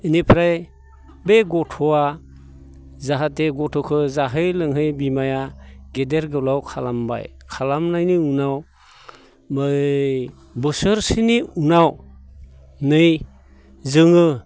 इनिफ्राय बे गथ'आ जाहाथे गथ'खो जाहोयै लोंहोयै बिमाया गेदेर गोलाव खालामबाय खालामनायनि उनाव बै बोसोरसेनि उनाव नै जोङो